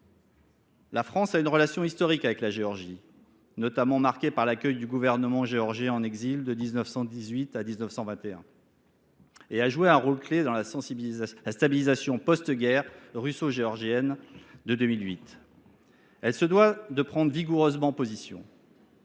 La France a une relation historique avec la Géorgie, notamment marquée par l’accueil du gouvernement géorgien en exil de 1918 à 1921. Elle a joué un rôle clé dans la stabilisation post guerre russo géorgienne de 2008. Elle se doit aujourd’hui de prendre vigoureusement position.